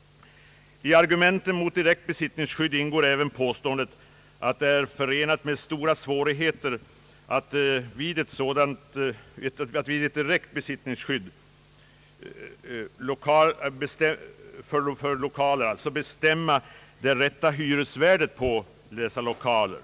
I argumenten mot direkt besittningsskydd ingår även påståendet att det är förenat med stora svårigheter att vid ett direkt besittningsskydd bestämma det rätta hyresvärdet på lokalerna.